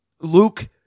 Luke